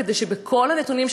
כדי שבכל הנתונים,